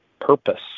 purpose